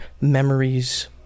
memories